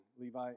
Levi